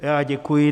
Já děkuji.